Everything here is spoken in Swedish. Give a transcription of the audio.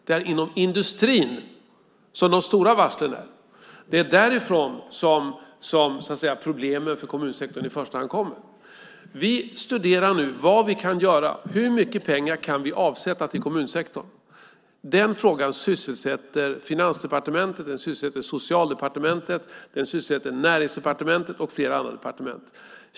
Det är inom industrin som de stora varslen är. Det är därifrån som, så att säga, problemen för kommunsektorn i första hand kommer. Vi studerar nu vad vi kan göra. Hur mycket pengar kan vi avsätta till kommunsektorn? Den frågan sysselsätter Finansdepartement. Den sysselsätter Socialdepartementet. Den sysselsätter Näringsdepartementet och flera andra departement.